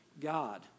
God